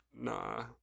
Nah